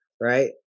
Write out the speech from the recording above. right